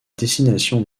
destination